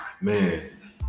Man